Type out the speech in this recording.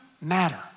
matter